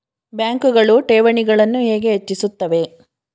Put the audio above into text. ಬ್ಯಾಂಕುಗಳು ಠೇವಣಿಗಳನ್ನು ಹೇಗೆ ಹೆಚ್ಚಿಸುತ್ತವೆ?